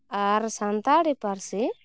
ᱟᱨ ᱥᱟᱱᱛᱟᱲᱤ ᱯᱟᱹᱨᱥᱤ